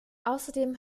außerdem